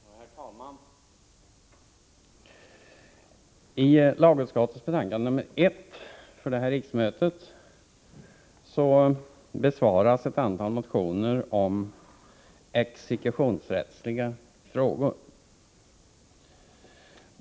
Herr talman! I lagutskottets betänkande nr 1 för det här riksmötet besvaras ett antal motioner om exekutionsrättsliga frågor.